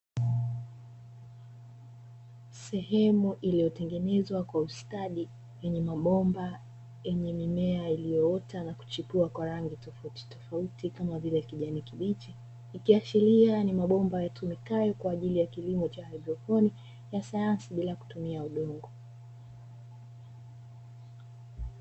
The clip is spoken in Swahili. Sehemu iliyotengenezwa kwa ustadi yenye mabomba yenye mimea iliyoota na kuchipua kwa rangi tofautitofauti kama vile kijani kibichi, ikiashiria ni mabomba yatumikayo kwa ajili ya kilimo cha haidroponi ya sayansi bila kutumia udongo.